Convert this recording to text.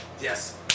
Yes